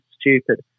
stupid